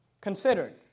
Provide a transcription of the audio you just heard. considered